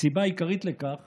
הסיבה העיקרית לכך